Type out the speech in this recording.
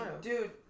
dude